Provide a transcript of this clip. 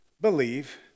believe